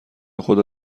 خدا